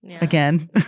again